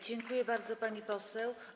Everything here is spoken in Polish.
Dziękuję bardzo, pani poseł.